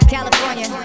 California